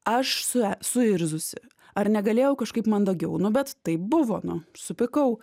aš sue suirzusi ar negalėjau kažkaip mandagiau nu bet tai buvo nu supykau